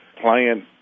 plan